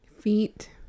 Feet